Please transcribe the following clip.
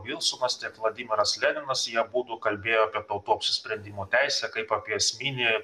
vilsonas tiek vladimiras leninas jie abudu kalbėjo apie tautų apsisprendimo teisę kaip apie esminį